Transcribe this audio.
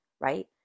right